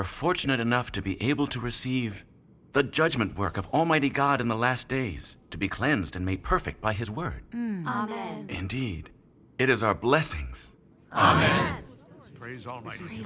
are fortunate enough to be able to receive the judgment work of almighty god in the last days to be cleansed and made perfect by his word indeed it is our blessings i praise almight